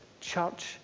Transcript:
church